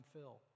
fill